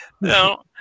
No